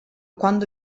quando